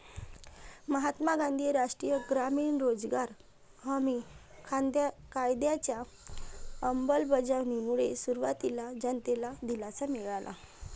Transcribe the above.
महात्मा गांधी राष्ट्रीय ग्रामीण रोजगार हमी कायद्याच्या अंमलबजावणीमुळे सुरुवातीला जनतेला दिलासा मिळाला